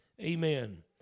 Amen